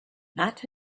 not